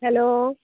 hello